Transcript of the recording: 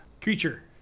creature